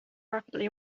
rapidly